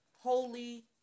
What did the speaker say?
holy